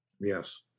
yes